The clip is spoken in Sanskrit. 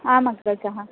आम् अग्रज